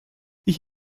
ich